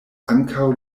ankaŭ